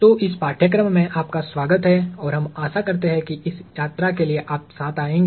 तो इस पाठ्यक्रम में आपका स्वागत है और हम आशा करते हैं कि आप इस यात्रा के लिए साथ आएंगे